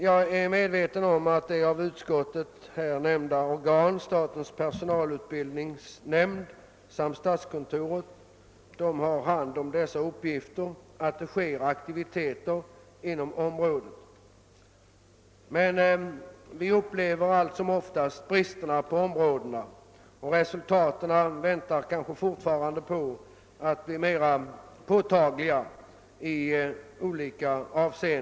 Jag är medveten om att de av utskottet nämnda organen — statens personalutbildningsnämnd och statskontoret — bedriver aktivitet inom området, men vi märker alltsomoftast brister, och resultaten har tyvärr i flera fall ännu inte blivit särskilt påtagliga.